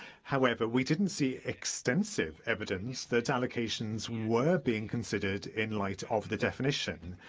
however, we didn't see extensive evidence that allocations were being considered in light of the definition,